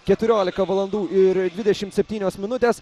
keturiolika valandų ir dvidešimt septynios minutes